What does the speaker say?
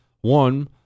one